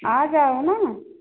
आ जाओ न